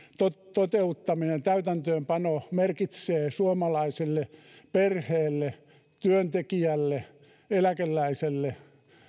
toteuttaminen täytäntöönpano merkitsee suomalaiselle perheelle työntekijälle eläkeläiselle